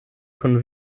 kun